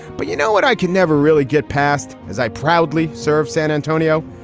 but you know what? i can never really get past as i proudly serve san antonio,